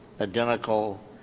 identical